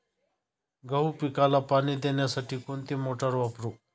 गहू पिकाला पाणी देण्यासाठी कोणती मोटार वापरू?